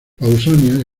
pausanias